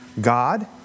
God